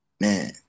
Man